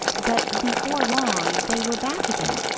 but before long they were back again,